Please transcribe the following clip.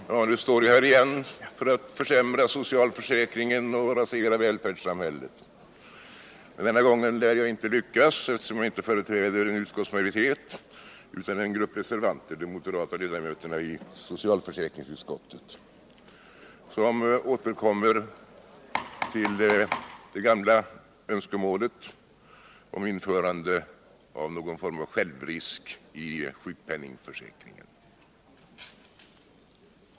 Herr talman! Nu står jag här igen för att försämra socialförsäkringen och rasera välfärdssamhället. Men denna gång lär jag inte lyckas, eftersom jag inte företräder en utskottsmajoritet utan en grupp reservanter. Det är de moderata ledamöterna i socialförsäkringsutskottet som återkommer till sitt gamla önskemål om införande av någon form av självrisk i sjukpenningförsäkringen.